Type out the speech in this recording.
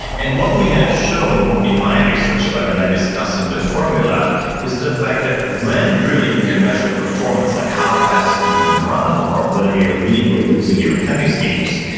and what we have shown in my research like and i discuss in the formula, is the fact that when really you can measure performance, like how fast you can run or whether you're winning or losing your tennis games,